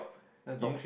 you need